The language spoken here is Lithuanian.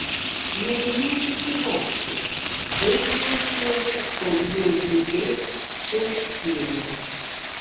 mėginau susivokti kaip jaučiuosi kol jie džiugiai čiauškėjo